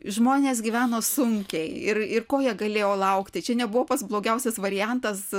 žmonės gyveno sunkiai ir ir ko jie galėjo laukti čia nebuvo pats blogiausias variantas